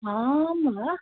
आं वा